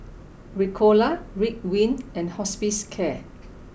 Ricola Ridwind and Hospicare